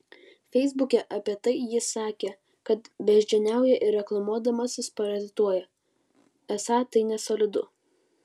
feisbuke apie tai jis sakė kad beždžioniauja ir reklamuodamasis parazituoja esą tai nesolidu